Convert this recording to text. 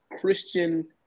Christian